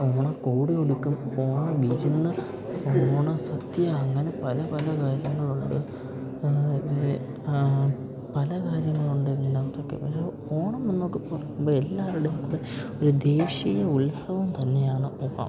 ഓണക്കോടിയുടുക്കും ഓണവിരുന്ന് ഓണ സദ്യ അങ്ങനെ പല പല കാര്യങ്ങളുള്ളത് ജെ ആ ആ പല കാര്യങ്ങളുണ്ട് എല്ലാം ഇതൊക്കെ ഒരു ഓണം എന്നൊക്കെ പറയുമ്പം എല്ലാവരുടെ അത് ഒരു ദേശീയ ഉത്സവം തന്നെയാണ് ഓണം